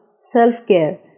self-care